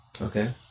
Okay